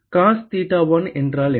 cos தீட்டா1 என்றால் என்ன